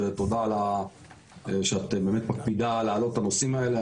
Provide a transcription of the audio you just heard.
ותודה שאת מקפידה להעלות את הנושאים האלה.